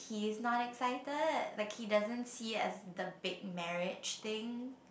he's not excited like he doesn't see as the big marriage thing